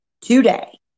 today